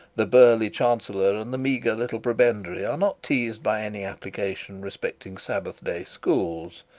the burly chancellor and the meagre little prebendary are not teased by any application respecting sabbath-day schools,